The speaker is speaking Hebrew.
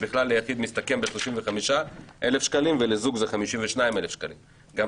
שליחיד מסתכם ב-35,000 שקלים ולזוג זה 52,000 שקלים גם